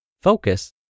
Focus